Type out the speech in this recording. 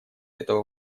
этого